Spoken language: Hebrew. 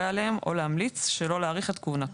עליהם או להמליץ שלא להאריך את כהונתו,